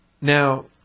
Now